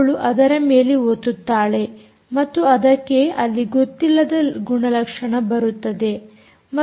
ಅವಳು ಅದರ ಮೇಲೆ ಒತ್ತುತ್ತಾಳೆ ಮತ್ತು ಅದಕ್ಕೆ ಅಲ್ಲಿ ಗೊತ್ತಿಲ್ಲದ ಗುಣಲಕ್ಷಣ ಬರುತ್ತದೆ